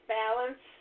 balance